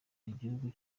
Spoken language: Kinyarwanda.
igihugu